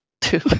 Two